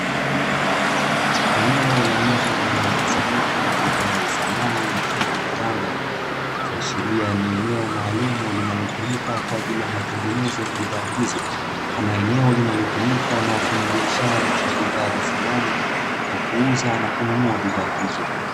Eneo la nje lenye mkusanyiko wa bidhaa za samani mfano vitanda, ikiashiria ni eneo maalumu kwa ajili ya matengenezo ya bidhaa hizo ama eneo linalotumika na wafanya biashara wa samani kwa kuuza na kununua bidhaa hizo.